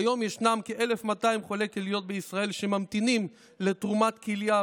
כיום ישנם כ-1,200 חולי כליות בישראל שממתינים לתרומת כליה,